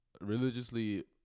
religiously